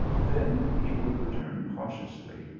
then he would return cautiously,